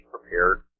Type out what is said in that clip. prepared